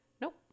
Nope